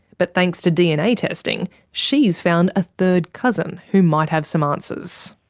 but thanks to dna testing, she's found a third cousin who might have some answers.